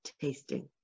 tasting